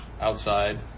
Outside